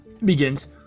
Begins